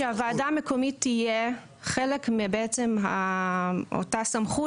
שהוועדה המקומית תהיה חלק מאותה סמכות